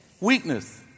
Weakness